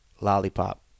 Lollipop